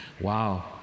Wow